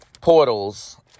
Portals